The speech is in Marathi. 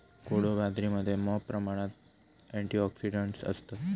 कोडो बाजरीमध्ये मॉप प्रमाणात अँटिऑक्सिडंट्स असतत